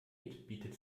bietet